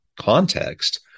context